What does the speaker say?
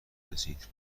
رسید